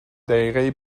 دقیقه